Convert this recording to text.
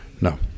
no